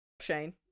Shane